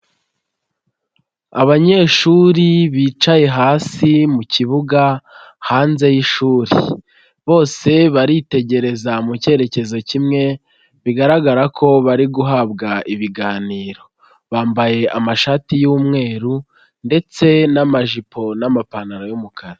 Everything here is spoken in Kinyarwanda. Abanyeshuri bicaye hasi mu kibuga hanze y'ishuri, bose baritegereza mu cyerekezo kimwe bigaragara ko bari guhabwa ibiganiro, bambaye amashati y'umweru ndetse n'amajipo n'amapantaro y'umukara.